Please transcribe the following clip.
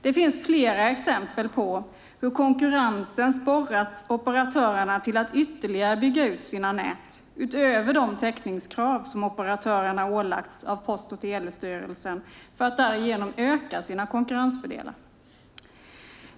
Det finns flera exempel på hur konkurrensen sporrat operatörerna till att ytterligare bygga ut sina nät, utöver de täckningskrav som operatörerna ålagts av Post och telestyrelsen, för att därigenom öka sina konkurrensfördelar.